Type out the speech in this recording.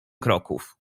kroków